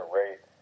rate